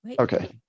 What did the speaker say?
Okay